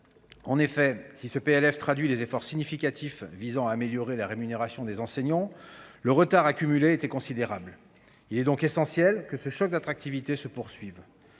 de finances prévoit des crédits significatifs afin d'améliorer la rémunération des enseignants, le retard accumulé était considérable. Il est donc essentiel que ce choc d'attractivité se poursuive.